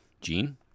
Gene